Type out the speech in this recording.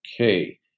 okay